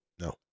No